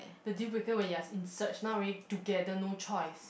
the deal breaker when you are in search now already together no choice